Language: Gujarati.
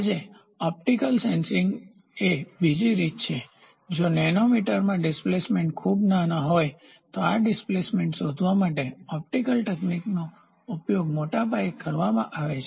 આજે ઓપ્ટિકલ સેન્સિંગ એ બીજી રીત છે જો નેનોમીટરમાં ડિસ્પ્લેસમેન્ટ્સ ખૂબ નાના હોય તો આ ડિસ્પ્લેસમેન્ટ શોધવા માટે ઓપ્ટિકલ તકનીકોનો ઉપયોગ મોટા પાયે કરવામાં આવે છે